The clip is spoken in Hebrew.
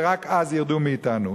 ורק אז ירדו מאתנו.